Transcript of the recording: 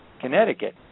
Connecticut